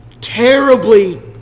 terribly